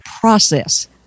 process